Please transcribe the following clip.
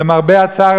למרבה הצער,